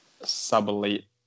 sub-elite